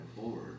forward